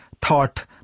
thought